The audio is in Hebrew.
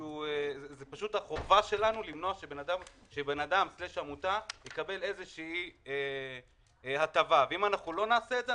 זאת החובה שלנו למנוע שאדם/עמותה יקבלו הטבה ואם אנחנו לא נעשה את זה,